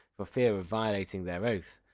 for fear of violating their oath.